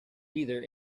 either